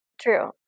True